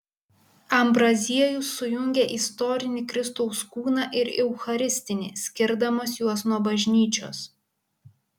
ambraziejus sujungia istorinį kristaus kūną ir eucharistinį skirdamas juos nuo bažnyčios